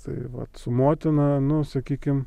tai vat su motina nu sakykim